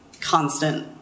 constant